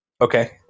Okay